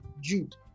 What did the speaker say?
Jude